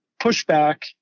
pushback